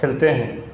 کھیلتے ہیں